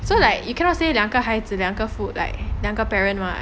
so like you cannot say 两个孩子两个 food like 两个 parents [what]